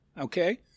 okay